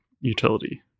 utility